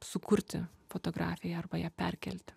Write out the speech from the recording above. sukurti fotografiją arba ją perkelti